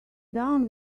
down